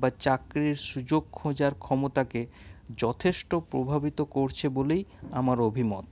বা চাকরির সুযোগ খোঁজার ক্ষমতাকে যথেষ্ট প্রভাবিত করছে বলেই আমার অভিমত